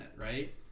right